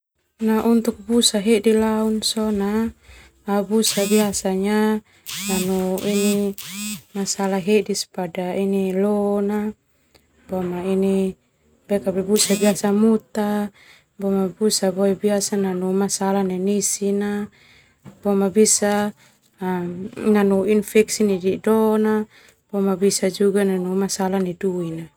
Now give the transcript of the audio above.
Untuk busa hedi sona busa biasanya nanu masalah bisa biasa muta biasa nanu masalah nai nisina boma bisa nanu infeksi boma bisa juga masalah nai duina.